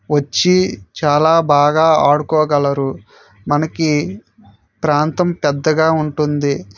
వచ్చి చాలా బాగా ఆడుకోగలరు మనకి ప్రాంతం పెద్దగా ఉంటుంది